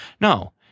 No